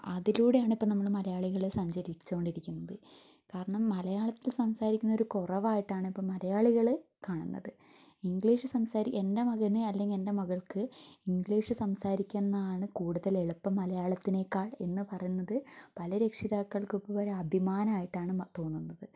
അതിലൂടെയാണ് ഇപ്പോൾ നമ്മൾ മലയാളികൾ സഞ്ചരിച്ചുകൊണ്ടിരിക്കുന്നത് കാരണം മലയാളത്തിൽ സംസാരിക്കുന്നത് ഒരു കുറവായിട്ടാണ് ഇപ്പം മലയാളികൾ കാണുന്നത് ഇംഗ്ലീഷ് എൻ്റെ മകന് അല്ലെങ്കിൽ എൻ്റെ മകൾക്ക് ഇംഗ്ലീഷ് സംസാരിക്കുന്നതാണ് കൂടുതൽ എളുപ്പം മലയാളത്തിനേക്കാൾ എന്നു പറയുന്നത് പല രക്ഷിതാക്കൾക്കും ഇപ്പോൾ ഒരു അഭിമാനം ആയിട്ടാണ് തോന്നുന്നത്